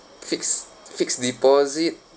fixed fixed deposit